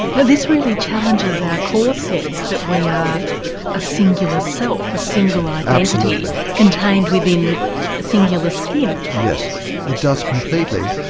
now this really challenges are core sense that we are a singular self, a single like identity contained within a singular skin. yes it does completely.